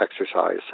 exercise